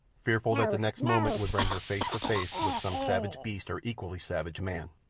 fearful that the next moment would bring her face to face with some savage beast or equally savage man.